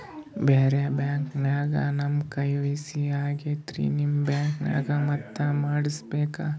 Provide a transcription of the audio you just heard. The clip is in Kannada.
ಬ್ಯಾರೆ ಬ್ಯಾಂಕ ನ್ಯಾಗ ನಮ್ ಕೆ.ವೈ.ಸಿ ಆಗೈತ್ರಿ ನಿಮ್ ಬ್ಯಾಂಕನಾಗ ಮತ್ತ ಮಾಡಸ್ ಬೇಕ?